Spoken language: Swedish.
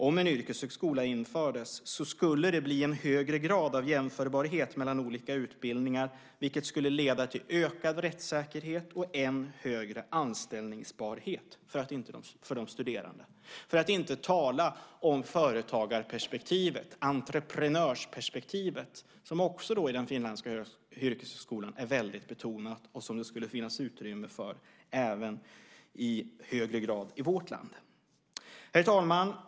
Om en yrkeshögskola infördes skulle det bli en högre grad av jämförbarhet mellan olika utbildningar, vilket skulle leda till ökad rättsäkerhet och än högre anställbarhet för de studerande, för att inte tala om företagarperspektivet, entreprenörsperspektivet, som också är väldigt betonat i den finländska yrkeshögskolan och som det även skulle finnas utrymme för i högre grad i vårt land. Herr talman!